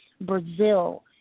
Brazil